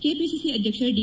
KPCC ಅಧ್ಯಕ್ಷ the